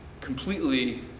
completely